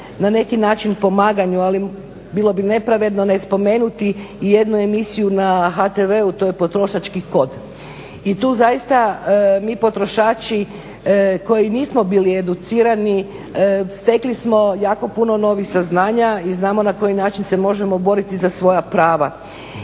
na neki način pomaganju ali bilo bi nepravedno ne spomenuti i jednu emisiju na HTV-u, to je Potrošački kod. I tu zaista mi potrošači koji nismo bili educirani stekli smo jako puno novih saznanja i znamo na koji način se možemo boriti za svoja prava.